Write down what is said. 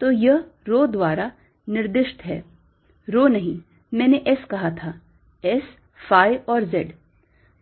तो यह rho द्वारा निर्दिष्ट है rho नहीं मैंने S कहा था S phi और Z